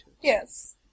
Yes